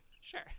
Sure